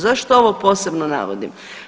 Zašto ovo posebno navodim?